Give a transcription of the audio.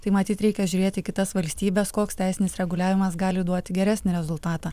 tai matyt reikia žiūrėt į kitas valstybės koks teisinis reguliavimas gali duoti geresnį rezultatą